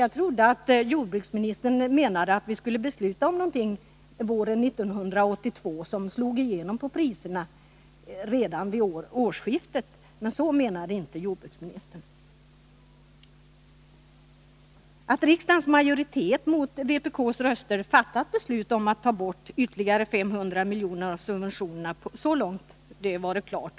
Jag trodde att jordbruksministern menade att vi skulle besluta om någonting våren 1982 som slog igenom på priserna redan vid årsskiftet. men så menade inte jordbruksministern. Att riksdagens majoritet — mot vpk:s röster — fattat beslut om att ta bort ytterligare 500 milj.kr. av subventionerna, så långt var det klart.